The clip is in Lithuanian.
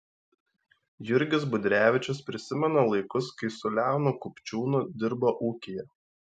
jurgis budrevičius prisimena laikus kai su leonu kupčiūnu dirbo ūkyje